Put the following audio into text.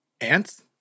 Ants